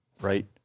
right